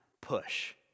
push